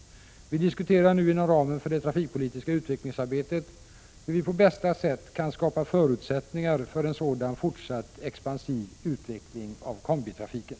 Vi diskuterar nu inom ramen för det trafikpolitiska utvecklingsarbetet hur vi på bästa sätt kan skapa förutsättningar för en sådan fortsatt expansiv utveckling av kombitrafiken.